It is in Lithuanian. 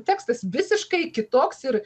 tekstas visiškai kitoks ir